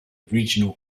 regional